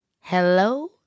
hello